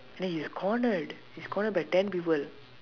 and then he's cornered he's cornered by ten people